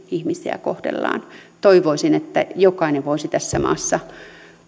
ihmisiä kohdellaan toivoisin että jokainen voisi tässä maassa